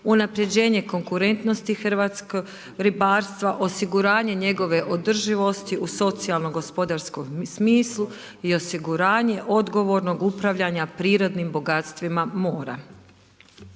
unaprjeđenje konkurentnosti hrvatskog ribarstva, osiguranje njegove održivosti u socijalno gospodarskom smislu i osiguranje odgovornog upravljanja prirodnim bogatstvima mora.